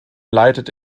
leitet